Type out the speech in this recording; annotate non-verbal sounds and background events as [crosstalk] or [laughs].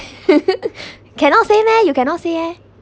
[laughs] cannot say leh you cannot say eh